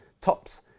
tops